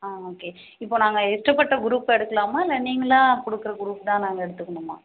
ஆ okay இப்போது நாங்கள் இஷ்டப்பட்ட க்ரூப்பை எடுக்கலாமா இல்லை நீங்களா கொடுக்கற க்ரூப் தான் நாங்கள் எடுத்துக்கணுமா